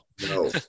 No